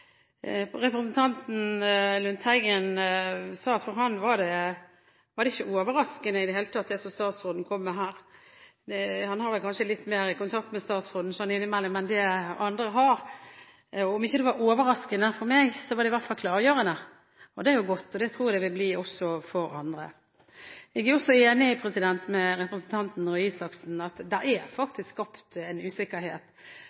Representanten Lundteigen sa at for ham var det statsråden kom med her, ikke overraskende i det hele tatt. Han har kanskje litt mer kontakt med statsråden sånn innimellom enn det andre har. Om det ikke var overraskende for meg, var det i hvert fall klargjørende. Det er godt, og det tror jeg det vil bli også for andre. Jeg er også enig med representanten Røe Isaksen i at det faktisk er